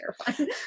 terrifying